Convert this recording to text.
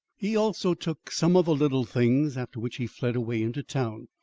he also took some other little things after which he fled away into town,